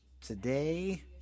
today